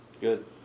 Good